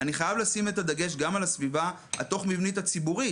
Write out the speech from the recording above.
אני חייב לשים את הדגש גם על הסביבה התוך מבנית הציבורית.